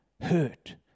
hurt